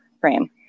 frame